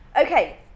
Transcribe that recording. Okay